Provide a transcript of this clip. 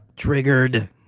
Triggered